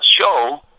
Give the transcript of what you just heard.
show